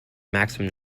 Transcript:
maximum